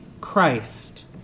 Christ